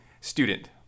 student